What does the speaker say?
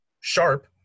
sharp